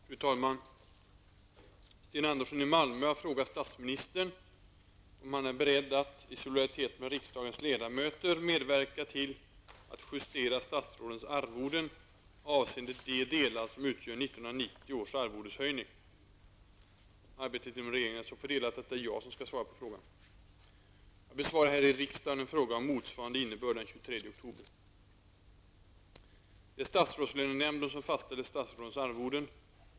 Fru talman! Sten Andersson i Malmö har frågat statsministern om han är beredd att, i solidaritet med riksdagens ledamöter, medverka till att justera statsrådens arvoden, avseende de delar som utgör Arbetet inom regeringen är så fördelat att det är jag som skall svara på frågan. Jag besvarade här i riksdagen en fråga av motsvarande innebörd den 23 oktober. Det är statsrådslönenämnden som fastställer statsrådens arvoden.